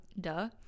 Duh